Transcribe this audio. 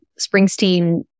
Springsteen